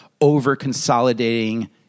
over-consolidating